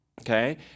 okay